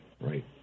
right